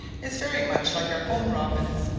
is very much like our home-robin's,